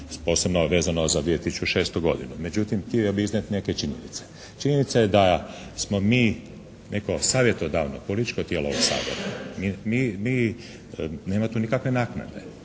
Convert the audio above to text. posebno vezano za 2006. godinu. Međutim, htio bih iznijeti neke činjenice. Činjenica je da smo mi neko savjetodavno, političko tijelo ovog Sabora. Mi, nema tu nikakve naknade,